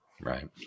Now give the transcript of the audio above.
Right